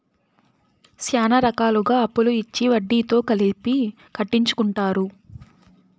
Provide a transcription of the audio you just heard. శ్యానా రకాలుగా అప్పులు ఇచ్చి వడ్డీతో కలిపి కట్టించుకుంటారు